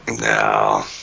No